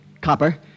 copper